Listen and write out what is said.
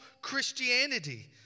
Christianity